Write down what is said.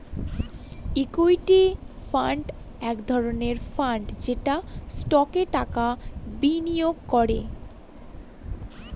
equity fund এক ধরনের fund যেটা স্টকে টাকা বিনিয়োগ করে